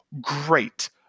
Great